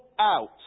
out